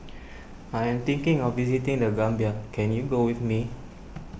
I am thinking of visiting the Gambia can you go with me